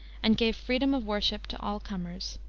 and gave freedom of worship to all comers.